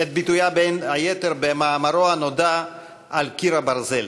בין היתר, במאמרו הנודע "על קיר הברזל".